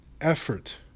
effort